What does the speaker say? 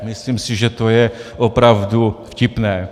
Myslím si, že to je opravdu vtipné.